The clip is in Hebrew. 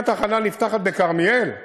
אם התחנה נפתחת בכרמיאל,